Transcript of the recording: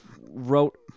wrote